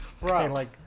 Right